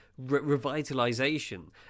revitalisation